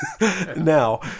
Now